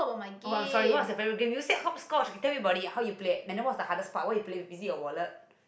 oh I'm sorry what was your favourite game you said hopscotch okay tell me about it how you play it and then what's the hardest part how you play it is it your wallet